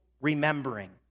remembering